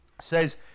says